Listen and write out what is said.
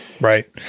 Right